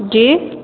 D